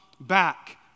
back